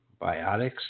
Biotics